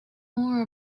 more